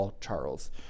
Charles